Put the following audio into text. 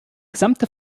gesamte